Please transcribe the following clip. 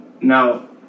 Now